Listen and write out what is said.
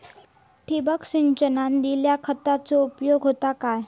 ठिबक सिंचनान दिल्या खतांचो उपयोग होता काय?